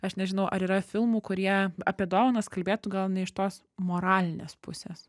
aš nežinau ar yra filmų kurie apie dovanas kalbėtų gal ne iš tos moralinės pusės